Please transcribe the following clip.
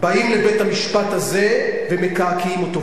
באים לבית-המשפט הזה ומקעקעים אותו.